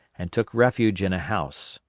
and took refuge in a house.